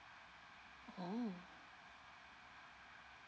oh